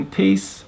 peace